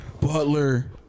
Butler